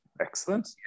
Excellent